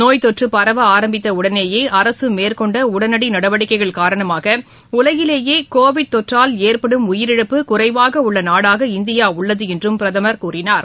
நோய் தொற்று பரவ ஆரம்பித்த உடனேயே அரசு மேற்கொண்ட உடனடி நடவடிக்கைகள் காரணமாக உலகிலேயே கோவிட் தொற்றால் ஏற்படும் உயிரிழப்பு குறைவாக உள்ள நாடாக இந்தியா உள்ளது என்றும் பிரதமர் எடுத்துரைத்துள்ளார்